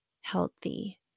healthy